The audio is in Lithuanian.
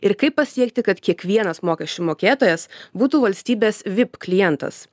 ir kaip pasiekti kad kiekvienas mokesčių mokėtojas būtų valstybės vip klientas